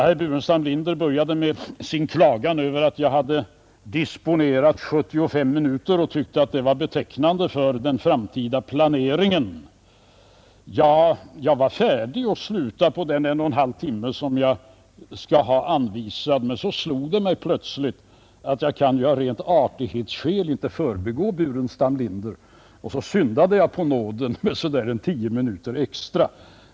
Herr Burenstam Linder började med att klaga över att jag hade disponerat 75 minuter och tyckte att det var betecknande för den framtida planeringen. Jag var färdig att sluta efter den timme som jag förbehållit mig, men så slog det mig plötsligt att jag av rent artighetsskäl inte kunde förbigå herr Burenstam Linder, och så syndade jag på nåden med så där en 10 minuter extra.